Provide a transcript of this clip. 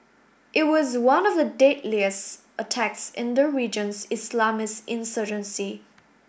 it was one of the deadliest attacks in the region's Islamist insurgency